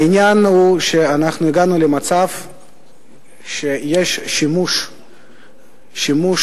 העניין הוא שהגענו למצב שיש שימוש מאוד